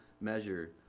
measure